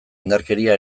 indarkeria